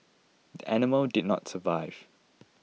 the animal did not survive